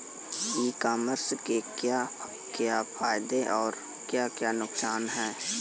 ई commerce के क्या क्या फायदे और क्या क्या नुकसान है?